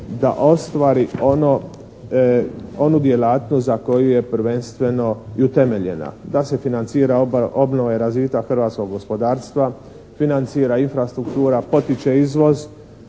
da ostvari onu djelatnost za koju je prvenstveno i utemeljena da se financira obnova i razvitak hrvatskog gospodarstva, financira infrastruktura, potiče izvoz,